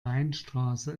weinstraße